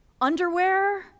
underwear